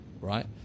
right